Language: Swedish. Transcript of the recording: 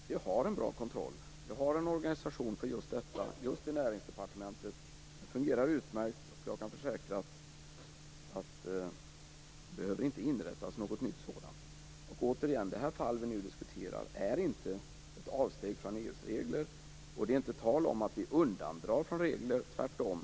Fru talman! Jag har en bra kontroll. Det finns en organisation för detta just i Näringsdepartementet. Den fungerar utmärkt, och jag kan försäkra att det inte behöver inrättas någon ny organisation. Återigen: Det fall som vi nu diskuterar är inte ett avsteg från EU:s regler, och det är inte tal om att vi gör några undantag, tvärtom.